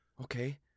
Okay